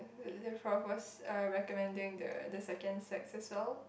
then prof was uh recommending the the second sex as well